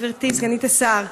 גברתי סגנית השר,